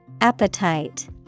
Appetite